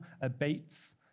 abates